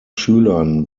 schülern